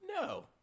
No